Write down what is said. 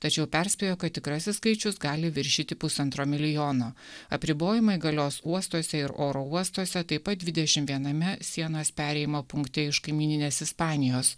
tačiau perspėjo kad tikrasis skaičius gali viršyti pusantro milijono apribojimai galios uostuose ir oro uostuose taip pat dvidešim viename sienos perėjimo punkte iš kaimyninės ispanijos